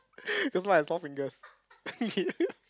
just like mine had Four Fingers